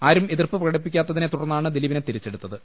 ആരും എതിർപ്പ് പ്രകടിപ്പി ക്കാത്തതിനെ തുടർന്നാണ് ദിലീപിനെ തിരിച്ചെടുത്തത്